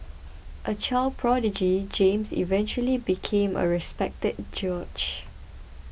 a child prodigy James eventually became a respected judge